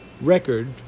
record